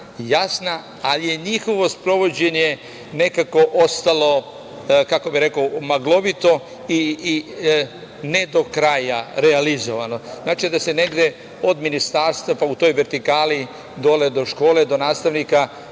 ali je njihovo sprovođenje nekako ostalo, kako bih rekao, maglovito i ne do kraja realizovano. Znači da se negde od Ministarstva, pa u toj vertikali dole do škole, do nastavnika,